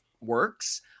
works